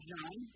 John